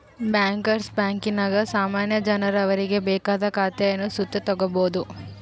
bankers ಬ್ಯಾಂಕಿನಾಗ ಸಾಮಾನ್ಯ ಜನರು ಅವರಿಗೆ ಬೇಕಾದ ಖಾತೇನ ಸುತ ತಗೀಬೋದು